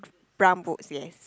brown boats yes